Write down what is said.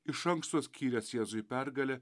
iš anksto skyręs jėzui pergalę